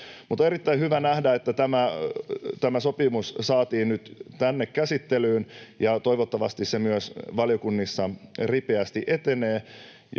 On erittäin hyvä nähdä, että tämä sopimus saatiin nyt tänne käsittelyyn, ja toivottavasti se myös valiokunnissa ripeästi etenee,